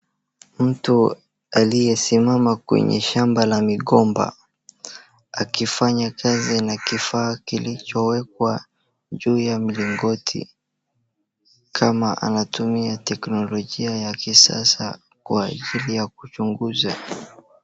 Mtu aliyesimama kwenye shamba ya migomba akifanya kazi na kifaa kilicho wekwa juu ya mlingoti kama anatumia teknologia ya kisasa kwa ajili ya kuchunguza.